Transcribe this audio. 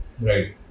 Right